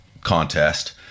contest